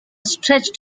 stretched